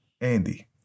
Andy